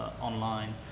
online